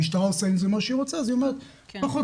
המשטרה עושה עם זה מה שהיא רוצה אז היא אומרת 'פחות